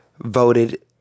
voted